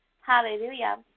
hallelujah